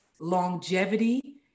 longevity